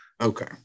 Okay